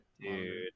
dude